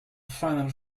final